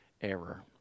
error